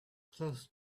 close